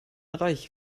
reich